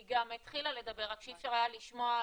היא גם התחילה לדבר רק שאי אפשר היה לשמוע מהדברים,